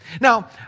Now